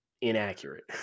inaccurate